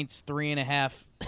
three-and-a-half